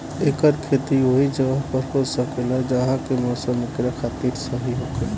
एकर खेती ओहि जगह पर हो सकेला जहा के मौसम एकरा खातिर सही होखे